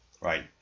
Right